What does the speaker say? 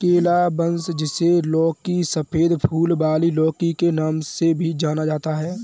calabash, जिसे लौकी, सफेद फूल वाली लौकी के नाम से भी जाना जाता है